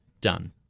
done